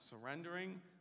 surrendering